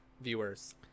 viewers